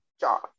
job